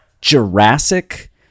Jurassic